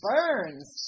Burns